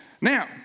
Now